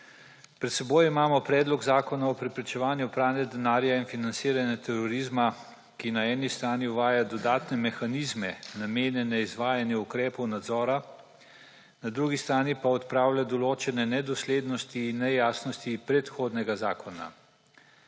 Pred seboj imamo Predlog zakona o preprečevanju pranja denarja in financiranja terorizma, ki na eni strani uvaja dodatne mehanizme, namenjene izvajanju ukrepov nadzora, na drugi strani pa odpravlja določene nedoslednosti in nejasnosti predhodnega zakona.